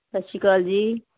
ਸਤਿ ਸ਼੍ਰੀ ਅਕਾਲ ਜੀ